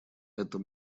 это